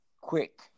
quick